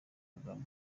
kagame